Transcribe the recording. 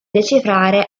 decifrare